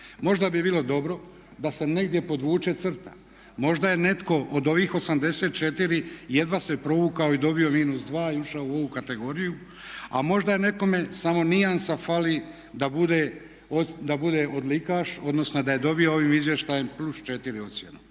Možda bi bilo dobro da se negdje podvuče crta, možda je netko od ovih 84 jedva se provukao i dobio -2 i ušao u ovu kategoriju, a možda je nekome samo nijansa fali da bude odlikaš, odnosno da je dobio ovim izvještajem +4 ocjenu.